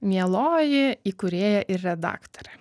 mieloji įkūrėja ir redaktorė